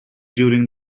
during